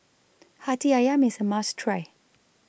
Hati Ayam IS A must Try